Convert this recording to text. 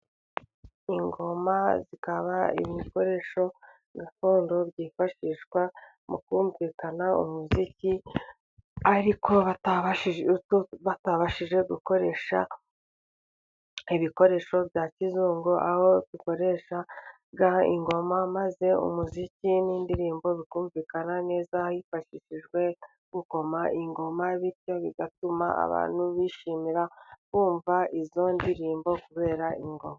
ingoma zikaba ibikoresho gakondo byifashishwa mu kumvikana umuziki, ariko batabashije batabashije gukoresha ibikoresho bya kizungu, aho bikoreshaga ingoma maze umuziki n'indirimbo bikumvikana neza hifashishijwe gukoma ingoma, bityo bigatuma abantu bishimira bumva izo ndirimbo kubera ingoma